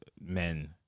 Men